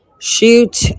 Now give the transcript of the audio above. Shoot